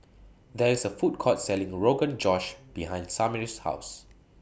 There IS A Food Court Selling Rogan Josh behind Samir's House